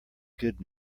good